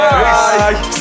bye